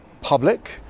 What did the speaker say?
public